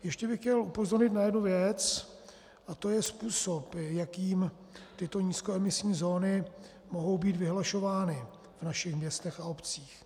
Ještě bych chtěl upozornit na jednu věc, a to způsob, jakým tyto nízkoemisní zóny mohou být vyhlašovány v našich městech a obcích.